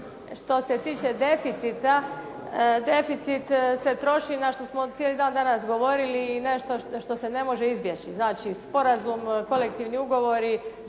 Što se tiče deficita deficit se troši na što smo cijeli dan danas govorili nešto što se ne može izbjeći, znači sporazum, kolektivni ugovori,